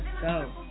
go